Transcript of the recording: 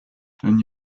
then